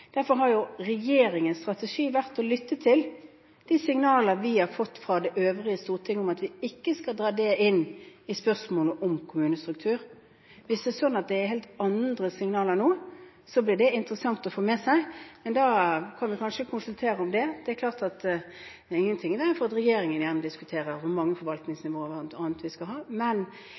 Derfor har regjeringens strategi vært å lytte til de signaler vi har fått fra det øvrige storting, om at vi ikke skal dra det inn i spørsmålet om kommunestruktur. Hvis det er sånn at det er helt andre signaler nå, blir det interessant å få dem med seg. Da kan vi kanskje konsultere om det. Det er klart at det ikke er noe i veien for at regjeringen gjerne diskuterer hvor mange forvaltningsnivåer vi skal ha.